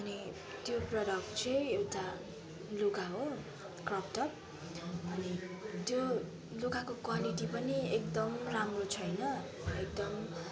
अनि त्यो प्रोडक्ट चाहिँ एउटा लुगा हो क्रपटप अनि त्यो लुगाको क्वालिटी पनि एकदम राम्रो छैन एकदम